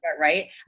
right